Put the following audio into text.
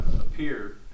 appear